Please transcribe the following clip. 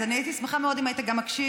אז אני הייתי שמחה מאוד אם היית גם מקשיב,